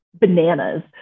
bananas